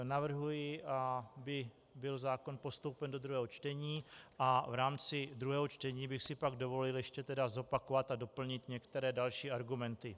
Navrhuji, aby byl zákon postoupen do druhého čtení a v rámci druhého čtení bych si pak dovolil ještě zopakovat a doplnit některé další argumenty.